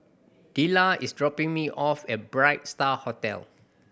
Delila is dropping me off at Bright Star Hotel